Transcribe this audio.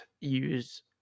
use